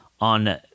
on